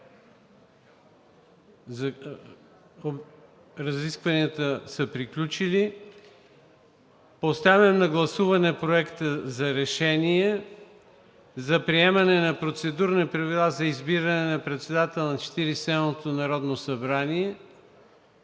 Разискванията са приключили. Поставям на гласуване Проекта за решение за приемане на Процедурни правила за избиране на председател на Четиридесет